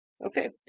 Okay